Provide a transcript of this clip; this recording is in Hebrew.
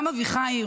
גם אביחי,